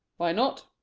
why not?